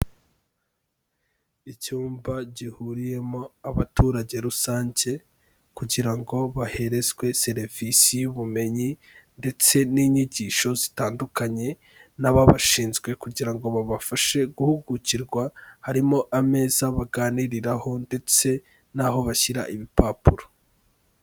Icyumba gihuriyemo abaturage rusange kugira ngo baherezwe serivisi y'ubumenyi ndetse n'inyigisho zitandukanye n'ababashinzwe kugira ngo babafashe guhugukirwa, harimo ameza baganiriraho ndetse n'aho bashyira ibipapuro.